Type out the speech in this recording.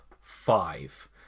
five